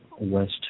West